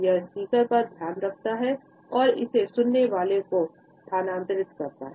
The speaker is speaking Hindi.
यह स्पीकर का ध्यान रखता है और इसे सुनने वाले को स्थानांतरित करता है